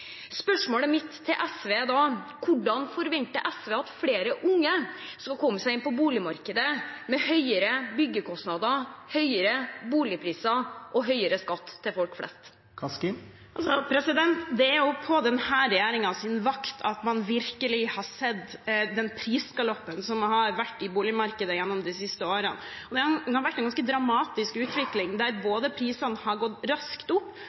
Spørsmålet mitt til SV er da: Hvordan kan SV forvente at flere unge skal komme seg inn på boligmarkedet, når det er høyere byggekostnader, høyere boligpriser og høyere skatt for folk flest? Det er på denne regjeringens vakt at man virkelig har sett den prisgaloppen som har vært i boligmarkedet gjennom de siste årene. Det har vært en ganske dramatisk utvikling, der prisene har gått raskt opp,